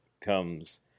comes